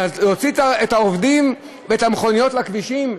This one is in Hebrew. להוציא את העובדים ואת המכוניות לכבישים,